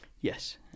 Yes